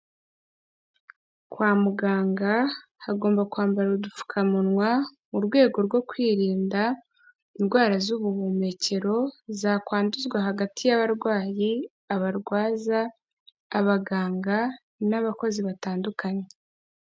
Kwa muganga hagomba kwambara udupfukamunwa mu rwego rwo kwirinda indwara z'ubuhumekero zakwanduzwa hagati y'abarwayi, abarwaza, abaganga n'abakozi batandukanye.